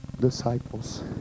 disciples